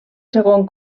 segon